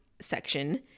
section